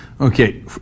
Okay